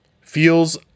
feels